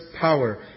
power